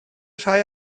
rhai